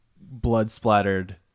blood-splattered